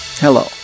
Hello